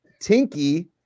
Tinky